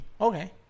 Okay